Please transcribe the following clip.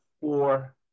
four